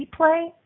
replay